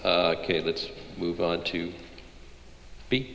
ok let's move on to be